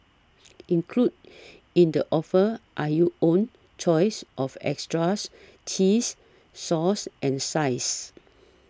included in the offer are your own choice of extras cheese sauce and sides